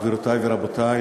גבירותי ורבותי,